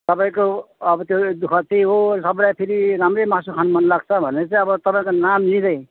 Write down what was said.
तपाईँको अब त्यो दुःख त्यही हो सबैलाई फेरि राम्रै मासु खानु मन लाग्छ भनेर चाहिँ अब तपाईँको नाम लिँदै